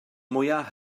mwyaf